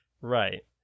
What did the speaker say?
Right